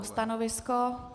Stanovisko?